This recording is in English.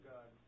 God